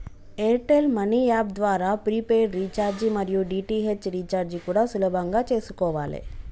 air tell money app ద్వారా prepaid recharge మరియు DTH recharge కూడా సులభంగా చేసుకోవాలే